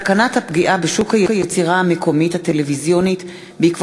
הצעת חוק למניעת הטרדה מינית (תיקון,